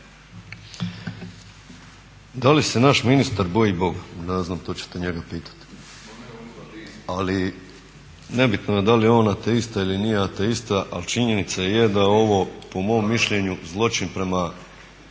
Da li se naš ministar boji Boga? Ne znam, to ćete njega pitati. Ali nebitno je da li je on ateista ili nije ateista ateista ali činjenica je da je ovo po mom mišljenju zločin prema